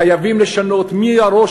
חייבים לשנות מהראש,